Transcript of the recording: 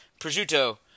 prosciutto